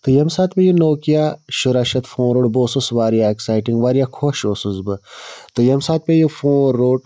تہٕ ییٚمہِ ساتہٕ مےٚ یہِ نوکیا شُراہ شیتھ فون روٚٹ بہٕ اوسُس واریاہ ایٚکسایٹِنٛگ واریاہ خۄش اوسُس بہٕ تہٕ ییٚمہِ ساتہٕ مےٚ یہِ فون روٚٹ